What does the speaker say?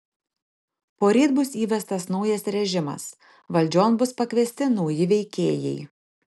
poryt bus įvestas naujas režimas valdžion bus pakviesti nauji veikėjai